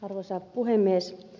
arvoisa puhemies